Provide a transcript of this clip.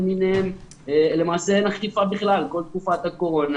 גם של משבר הקורונה ובטח בגל הראשון ראינו את זה ובגל השני